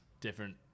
different